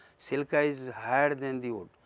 silica is higher than the wood.